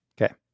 Okay